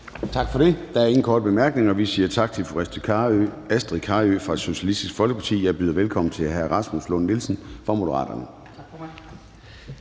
Tak for det. Der er ingen korte bemærkninger. Vi siger tak til fru Astrid Carøe fra Socialistisk Folkeparti. Jeg byder velkommen til hr. Rasmus Lund-Nielsen fra Moderaterne. Kl.